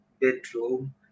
bedroom